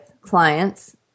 clients